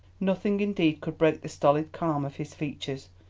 nothing indeed could break the stolid calm of his features,